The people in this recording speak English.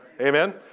Amen